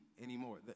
anymore